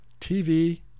TV